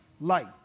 light